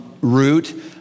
route